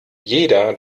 jeder